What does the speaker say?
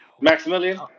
Maximilian